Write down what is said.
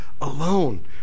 alone